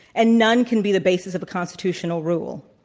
and none can be the basis of a constitutional rule.